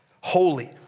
holy